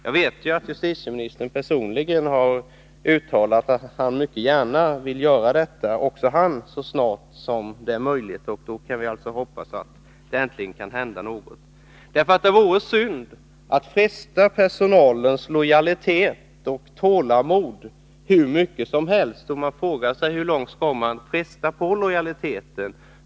Jag vet att justitieministern personligen har uttalat att han gärna vill genomföra den så snart som det är möjligt, och vi får hoppas att det nu äntligen kan hända någonting. Det vore nämligen synd att fresta personalens lojalitet och tålamod alltför mycket. Jag frågar mig hur långt man vill gå i det avseendet.